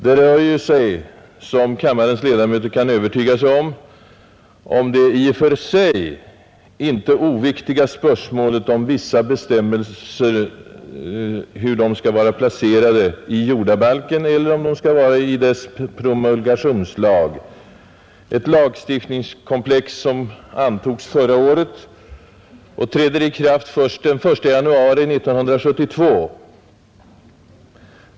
Det rör sig ju, som kammarens ledamöter lätt kan övertyga sig om, om det i och för sig inte oviktiga spörsmålet huruvida vissa bestämmelser skall vara placerade i jordabalken eller om de skall finnas i dess promulgationslag — ett lagstiftningskomplex som antogs förra året och träder i kraft först den 1 januari 1972.